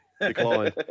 decline